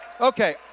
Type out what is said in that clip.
Okay